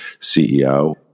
CEO